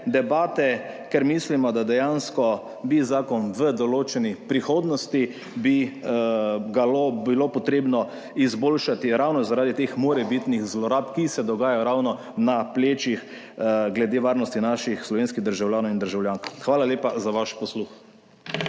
ker mislimo, da dejansko bi zakon v določeni prihodnosti, bi ga bilo potrebno izboljšati ravno zaradi teh morebitnih zlorab, ki se dogajajo ravno na plečih glede varnosti naših slovenskih državljanov in državljank. Hvala lepa za vaš posluh.